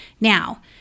Now